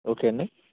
okay అండి